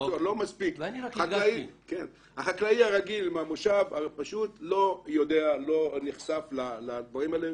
החקלאי הרגיל מהמושב הפשוט לא יודע ולא נחשף לדברים האלה